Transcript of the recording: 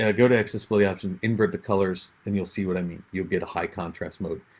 ah go to accessibility options, invert the colors, and you'll see what i mean. you'll get a high contrast mode.